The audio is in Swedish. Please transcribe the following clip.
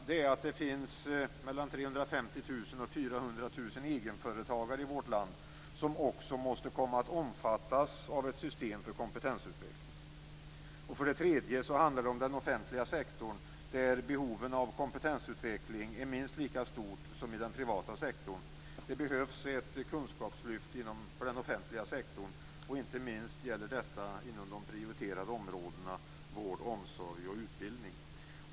Det finns mellan 350 000 och 400 000 egenföretagare i vårt land som också måste komma att omfattas av ett system för kompetensutveckling. 3. Inom den offentliga sektorn är behoven av kompetensutveckling minst lika stora som i den privata sektorn. Det behövs ett kunskapslyft för den offentliga sektorn. Inte minst gäller detta inom de prioriterade områdena vård, omsorg och utbildning.